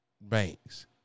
banks